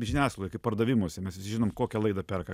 žiniasklaidoj kaip pardavimuose mes visi žinom kokią laidą perka